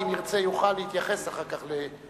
תן לי את הכבוד לומר לחבר